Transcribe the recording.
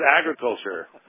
agriculture